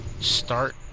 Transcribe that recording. start